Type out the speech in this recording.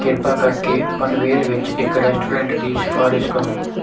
ਕਿਰਪਾ ਕਰਕੇ ਪਨਵੇਲ ਵਿੱਚ ਇੱਕ ਰੈਸਟੋਰੈਂਟ ਦੀ ਸਿਫਾਰਸ਼ ਕਰੋ